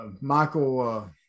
Michael